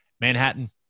manhattan